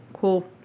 cool